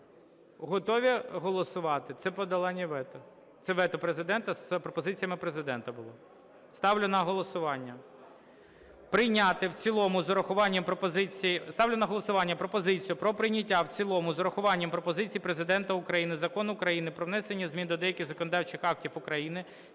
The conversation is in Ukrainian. Готові голосувати? Це подолання вето. Це вето Президента, з пропозиціями Президента було. Ставлю на голосування прийняти в цілому з урахуванням пропозицій... Ставлю на голосування пропозицію про прийняття в цілому з урахуванням пропозицій Президента України Закон України "Про внесення змін до деяких законодавчих актів України